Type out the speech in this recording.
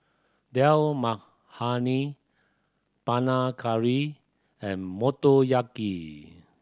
Dal Makhani Panang Curry and Motoyaki